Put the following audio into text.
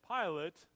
Pilate